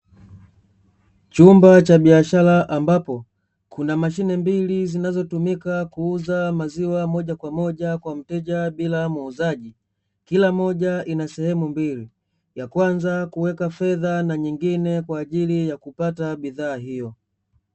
Chumba cha biashara ambapo kuna mashine mbili, zinatumika kuuza maziwa moja kwa moja kwa mteja bila muuzaji, kila moja ina sehemu mbili ya kwanza kuweka fedha na nyingine kwa ajili ya kupata budhaa hiyo.